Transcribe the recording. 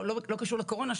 לא קשור לקורונה,